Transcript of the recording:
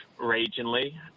regionally